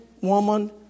woman